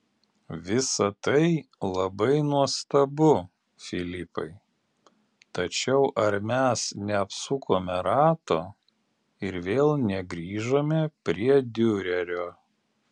visa tai labai nuostabu filipai tačiau ar mes neapsukome rato ir vėl negrįžome prie diurerio